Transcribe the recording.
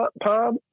pub